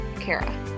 Kara